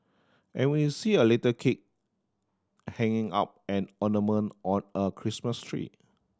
and we see a little kid hanging up an ornament on a Christmas tree